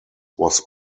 was